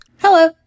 Hello